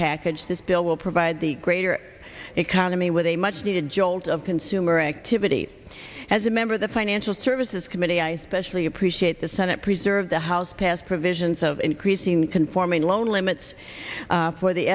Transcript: package this bill will provide the greater economy with a much needed jolt of consumer activity as a member of the financial services committee i especially appreciate the senate preserve the house passed provisions of increasing the conforming loan limits for the